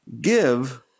give